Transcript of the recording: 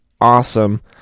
awesome